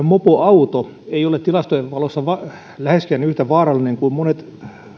mopoauto ei ole tilastojen valossa läheskään yhtä vaarallinen kuin monet